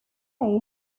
day